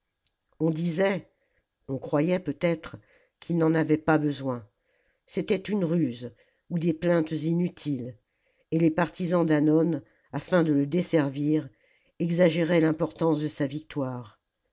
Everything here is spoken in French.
on disait on croyait peut-être qu'il n'en avait pas besoin c'était une ruse ou des plaintes inutiles et les partisans d'hannon afin de le desservir exagéraient l'importance de sa victoire